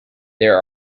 there